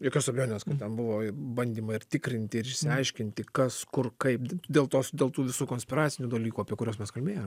jokios abejonės ten buvo bandymai ir tikrinti ir išsiaiškinti kas kur kaip dėl tos dėl tų visų konspiracinių dalykų apie kuriuos mes kalbėjom